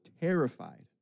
terrified